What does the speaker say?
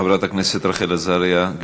חברת הכנסת רחל עזריה.